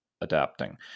adapting